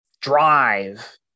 drive